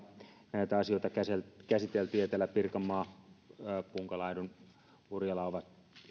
näitä asioita käsiteltiin etelä pirkanmaan punkalaitumella ja urjalassa ovat